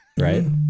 right